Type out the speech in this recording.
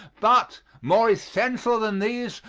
but, more essential than these,